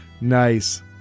Nice